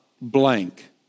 blank